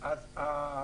האחרון,